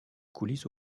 coulisses